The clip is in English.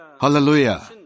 Hallelujah